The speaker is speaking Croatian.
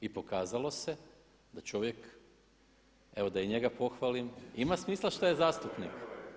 I pokazalo se da čovjek, evo da i njega pohvalim ima smisla što je zastupnik.